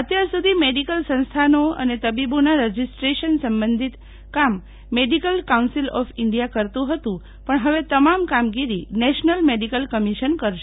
અત્યાર સુધી મેડીકલ સંસ્થાનો અને તબીબોના રજીસ્ટ્રેશન સંબંધિત કામ મેડીકલ કાઉન્સિલ ઓફ ઇન્ડિયા કરતું હતું પણ હવે તમામ કામગીરી નેશનલ મેડીકલ કમીશન કરશે